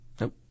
Nope